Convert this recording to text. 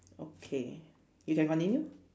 okay you can continue